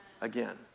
again